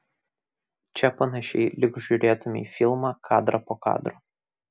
čia panašiai lyg žiūrėtumei filmą kadrą po kadro